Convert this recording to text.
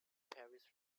paris